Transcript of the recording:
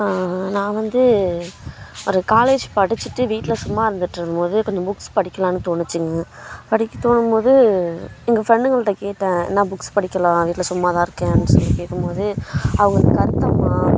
நான் வந்து ஒரு காலேஜ் படிச்சுட்டு வீட்டில் சும்மா இருந்துகிட்டுருக்கும் போது கொஞ்சம் புக்ஸ் படிக்கலான்னு தோணுச்சுங்க படிக்க தோணும் போது எங்கள் ஃப்ரெண்ட்டுகள்கிட்ட கேட்டேன் என்ன புக்ஸ் படிக்கலாம் வீட்டில் சும்மா தான் இருக்கேன் சொல்லி கேட்கும் போது அவங்க கருத்தம்மா